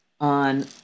on